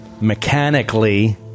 mechanically